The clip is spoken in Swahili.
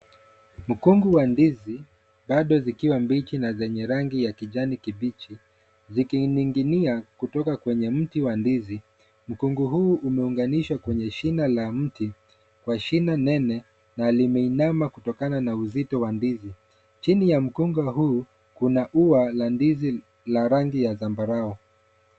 Mkungu wa ndizi, bado zikiwa mbichi na zenye rangi ya kijani kibichi zikininginia kutoka kwenye mti wa ndizi. Mkungu huu umeunganishwa kwenye shina la mti kwa shina nene na limeinama kutokana na uzito wa ndizi. Chini ya mkonga huu, kuna ua la ndizi la rangi ya zambarau.